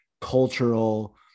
cultural